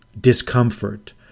discomfort